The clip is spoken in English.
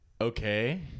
Okay